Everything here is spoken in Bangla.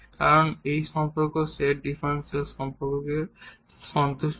কারণ এই সম্পর্ক সেট এই ডিফারেনশিয়াল সমীকরণকে স্যাটিস্ফাই করে